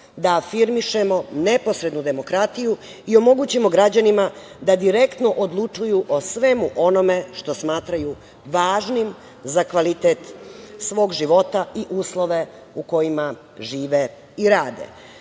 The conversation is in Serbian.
da afirmišemo neposrednu demokratiju i omogućimo građanima da direktno odlučuju o svemu onome što smatraju važnim za kvalitet svog života i uslove u kojima žive i